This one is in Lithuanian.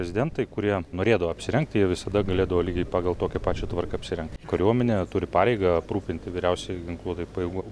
prezidentai kurie norėdavo apsirengti jie visada galėdavo lygiai pagal tokią pačią tvarką apsirengti kariuomenė turi pareigą aprūpinti vyriausiojo ginkluotųjų pajėgų